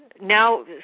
now